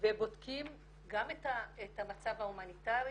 ובודקים גם את המצב ההומניטרי